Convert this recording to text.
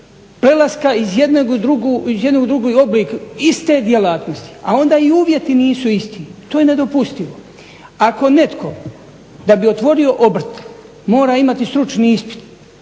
prelaska iz jednog u drugi oblik iste djelatnosti, a onda i uvjeti nisu isti. To je nedopustivo. Ako netko da bi otvorio obrt mora imati stručni ispit,